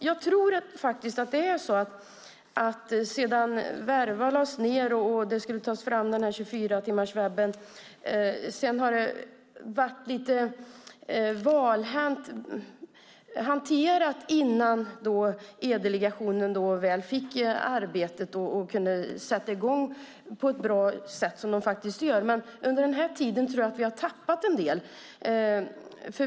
Jag tror att det hela har varit lite valhänt hanterat sedan Verva lades ned och man skulle ta fram 24-timmarswebben fram till dess E-delegationen fick arbetet och kunde sätta i gång på ett bra sätt, vilket man ju gör. Under den tiden tror jag att man har tappat en del.